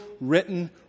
written